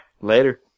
Later